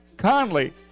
Conley